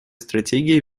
стратегия